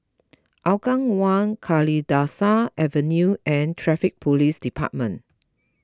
Hougang one Kalidasa Avenue and Traffic Police Department